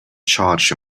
charged